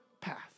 path